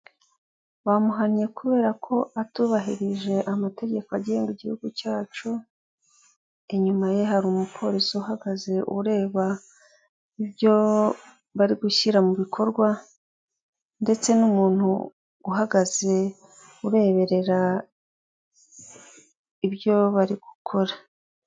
Bamuhannye kubera ko atubahirije amategeko agenga igihugu cyacu. Inyuma ye hari umuporisi uhagaze urebe ibyo barigushyira mu bikorwa ndetse n'umuntu uhagaze ureberera ibyo bari gukora.